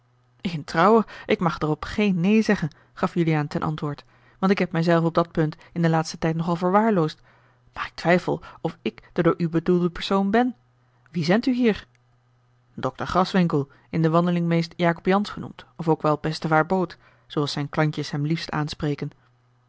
in trouwe ik mag daarop geen neen zeggen gaf juliaan ten antwoord want ik heb mij zelven op dat punt in den laatsten tijd nogal verwaarloosd maar ik twijfel of ik de door u bedoelde persoon ben wie zendt u hier dokter graswinckel in de wandeling meest jacob jansz genoemd of ook wel bestevaêr boot zooals zijne klantjes hem liefst aanspreken